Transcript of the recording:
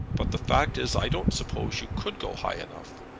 but the fact is, i don't suppose you could go high enough.